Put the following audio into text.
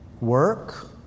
work